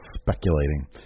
Speculating